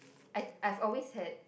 I I've always had